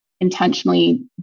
intentionally